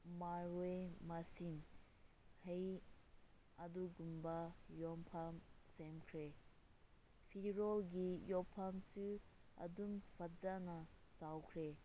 ꯃꯔꯨꯏ ꯃꯁꯤꯡ ꯍꯩ ꯑꯗꯨꯒꯨꯝꯕ ꯌꯣꯟꯐꯝ ꯁꯦꯝꯈ꯭ꯔꯦ ꯐꯤꯔꯣꯜꯒꯤ ꯌꯣꯟꯐꯝꯁꯨ ꯑꯗꯨꯝ ꯐꯖꯅ ꯇꯧꯈ꯭ꯔꯦ